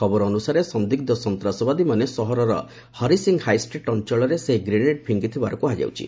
ଖବର ଅନୁସାରେ ସନ୍ଦିଗ୍ଧ ସନ୍ତାସବାଦୀମାନେ ସହରର ହରିସିଂହ ହାଇଷ୍ଟ୍ରିଟ୍ ଅଞ୍ଚଳରେ ସେହି ଗ୍ରେନେଡ୍ ଫିଙ୍ଗିଥିବାର କୁହାଯାଉଛି